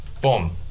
boom